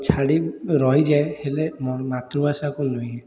ଛାଡ଼ି ରହିଯାଏ ହେଲେ ମ ମାତୃଭାଷାକୁ ନୁହେଁ